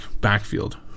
backfield